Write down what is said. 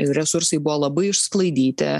resursai buvo labai išsklaidyti